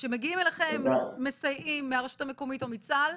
כשמגיעים אליכם מסייעים מהרשות המקומית או מצה"ל,